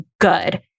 good